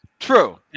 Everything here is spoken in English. True